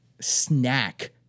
snack